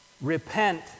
repent